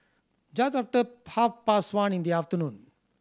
just after half past one in the afternoon